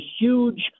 huge